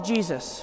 Jesus